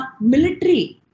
military